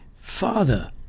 Father